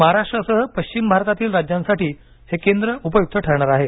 महाराष्ट्रासह पश्चिम भारतातील राज्यांसाठी हे केंद्र उपयुक्त ठरणार आहे